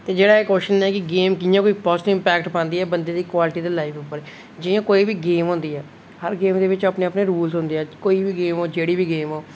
ते जेहडा एह् कोशन है कि गेम कि'यां कोई पाॅजिट्ब इमपैक्ट पांदी ऐ बंदे दी लाइफ अप्पर जि'यां कोई बी गेम होंदी ऐ हर गेम दे बिच अपने अपने रोलस होंदे ऐ कोई बी गेम होऐ जेहड़ी बी गेम होऐ